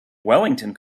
wellington